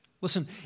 Listen